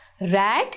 rat